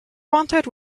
wanted